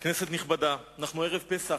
כנסת נכבדה, אנחנו ערב פסח,